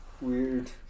Weird